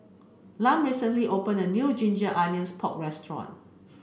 Lum recently opened a new Ginger Onions Pork Restaurant